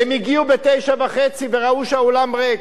הם הגיעו ב-09:30 וראו שהאולם ריק.